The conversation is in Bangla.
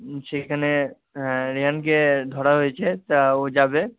সেখানে রেহানকে ধরা হয়েছে তা ও যাবে